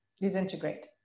disintegrate